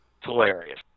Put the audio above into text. hilarious